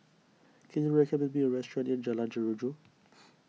can you recommend me a restaurant near Jalan Jeruju